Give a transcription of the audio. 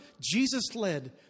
Jesus-led